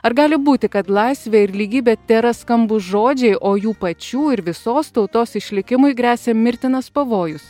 ar gali būti kad laisvė ir lygybė tėra skambūs žodžiai o jų pačių ir visos tautos išlikimui gresia mirtinas pavojus